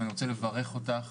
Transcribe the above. -- ואני רוצה לברך אותך.